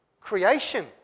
creation